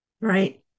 Right